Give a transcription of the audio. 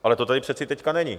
Ale to tady přeci teď není.